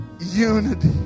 unity